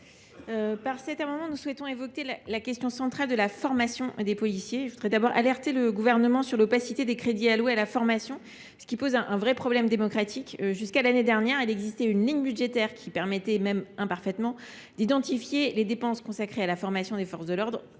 Par cet amendement, nous souhaitons aborder la question centrale de la formation des policiers. Je tiens tout d’abord à alerter le Gouvernement sur l’opacité des crédits alloués dans ce domaine, ce qui soulève un véritable problème démocratique. Jusqu’à l’année dernière, il existait une ligne budgétaire permettant, même imparfaitement, d’identifier les dépenses consacrées à la formation des forces de l’ordre.